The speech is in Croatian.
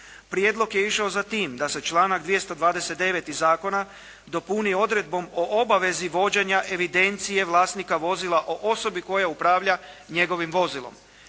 Prijedlog je išao za tim da se članak 229. zakona dopuni odredbom o obavezi vođenja evidencije vlasnika vozila o osobi koja upravlja njegovim vozilom.